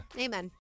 Amen